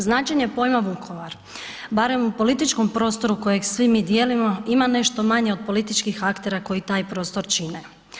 Značenje pojma Vukovar, barem u političkom prostoru kojeg svi mi dijelimo, ima nešto manje od političkih aktera koji taj prostor čine.